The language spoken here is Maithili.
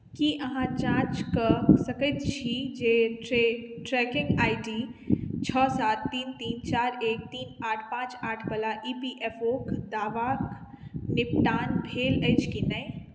की अहाँ जाँच कऽ सकैत छी जे ट्रे ट्रैकिंग आइ डी छओ सात तीन तीन चारि एक तीन आठ पाँच आठवला ई पी एफ ओ क दावाक निपटान भेल अछि कि नहि